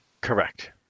Correct